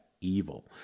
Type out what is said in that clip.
evil